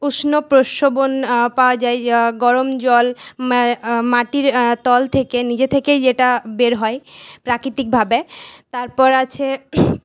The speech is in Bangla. উষ্ণ প্রস্রবন পাওয়া যায় গরম জল মাটির তল থেকে নিজে থেকেই যেটা বের হয় প্রাকৃতিকভাবে তারপর আছে